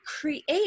create